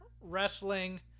wrestling